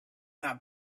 not